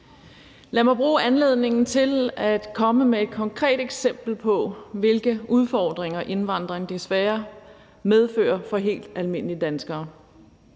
Lad mig bruge anledningen til at komme med et konkret eksempel på, hvilke udfordringer indvandring desværre medfører for helt almindelige danskere.